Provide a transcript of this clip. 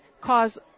cause